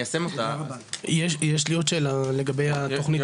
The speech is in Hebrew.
יש לי עוד שאלה לגבי התכנית.